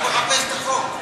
הוא מחפש את החוק.